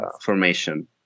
formation